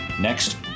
next